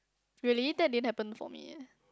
really that didn't happened for me eh